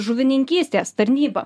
žuvininkystės tarnyba